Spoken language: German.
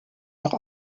noch